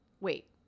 wait